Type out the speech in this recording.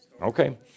Okay